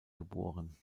geboren